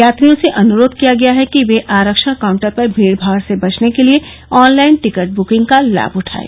यात्रियों से अनुरोध किया गया है कि वे आरक्षण काजंटर पर भीडभाड से बचने के लिए ऑनलाइन टिकट बुकिंग का लाम उठायें